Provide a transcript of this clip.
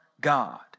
God